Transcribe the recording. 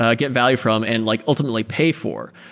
ah get value from and like ultimately pay for.